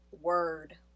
Word